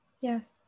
yes